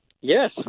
Yes